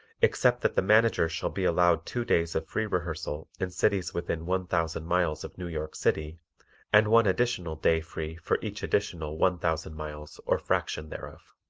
except that the manager shall be allowed two days of free rehearsals in cities within one thousand miles of new york city and one additional day free for each additional one thousand miles or fraction thereof.